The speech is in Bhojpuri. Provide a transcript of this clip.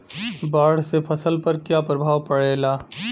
बाढ़ से फसल पर क्या प्रभाव पड़ेला?